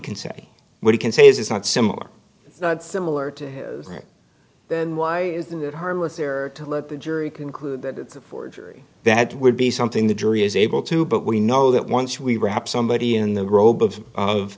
can say what he can say is not similar similar to then why isn't it harmless error to let the jury conclude that it's a forgery that would be something the jury is able to but we know that once we wrap somebody in the